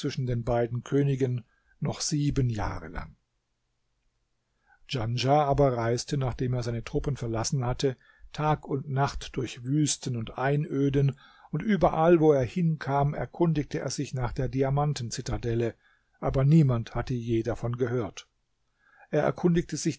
den beiden königen noch sieben jahre lang djanschah aber reiste nachdem er seine truppen verlassen hatte tag und nacht durch wüsten und einöden und überall wo er hinkam erkundigte er sich nach der diamanten zitadelle aber niemand hatte je davon gehört er erkundigte sich